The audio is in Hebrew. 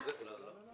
כנראה מתוך